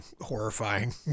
horrifying